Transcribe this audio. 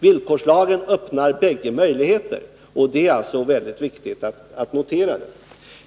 Villkorslagen öppnar bägge möjligheterna — det är viktigt att notera.